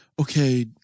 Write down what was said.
okay